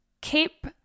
keep